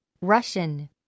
Russian